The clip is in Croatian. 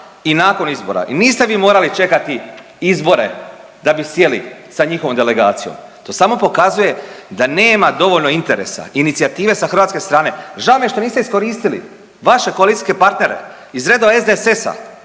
i nakon izbora i niste vi morali čekati izbore da bi sjeli sa njihovom delegacijom, to samo pokazuje da nema dovoljno interesa, inicijative sa hrvatske strane. Žao mi je što niste iskoristili vaše koalicijske partnere iz redova SDSS-a